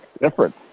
different